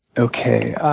okay.